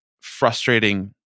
frustrating